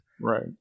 right